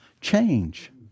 change